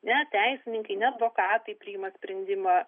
ne teisininkai ne advokatai priima sprendimą